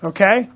Okay